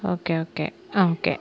okay okay okay